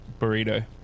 Burrito